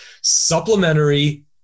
Supplementary